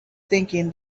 thinking